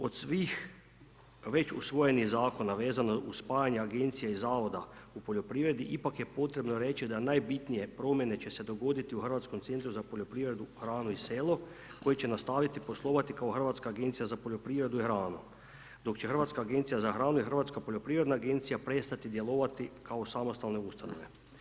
Od svih već usvojenih zakona vezano uz spajanja agencije i zavoda u poljoprivredi, ipak je potrebno reći, da najbitnije promjene će se dogoditi u Hrvatskom centru za poljoprivredu, hranu i selu, koji će nastaviti poslovati kao Hrvatska agencija za poljoprivredu i hranu, dok će Hrvatska agencija za hranu i Hrvatska poljoprivredna agencija prestati djelovati kao samostalne ustanove.